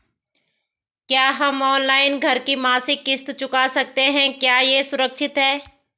क्या हम ऑनलाइन घर की मासिक किश्त चुका सकते हैं क्या यह सुरक्षित है?